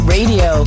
Radio